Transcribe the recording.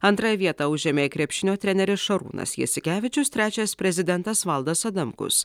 antrąją vietą užėmė krepšinio treneris šarūnas jasikevičius trečias prezidentas valdas adamkus